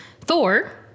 Thor